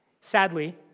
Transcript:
sadly